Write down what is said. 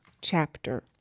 chapter